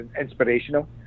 inspirational